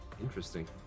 Interesting